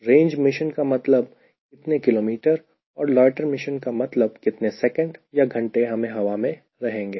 range mission का मतलब कितने किलोमीटर और लोयटर मिशन का मतलब कितने सेकेंड या घंटे हम हवा में रहेंगे